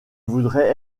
voudrais